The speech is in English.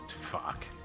Fuck